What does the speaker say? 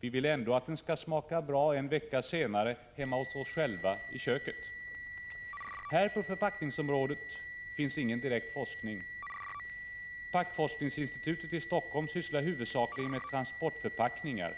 vi vill ändå att den skall smaka bra en vecka senare hemma i våra kök. På förpackningsområdet finns ingen direkt forskning. Packforskningsinstitutet i Helsingfors sysslar huvudsakligen med transportförpackningar.